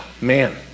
Man